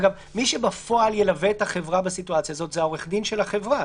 אגב מי שבפועל ילווה את החברה בסיטואציה הזאת זה עורך הדין של החברה,